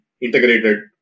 integrated